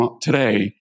today